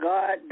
God